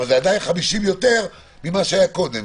אבל זה עדיין 50 יותר ממה שהיה קודם.